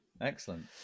excellent